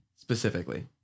specifically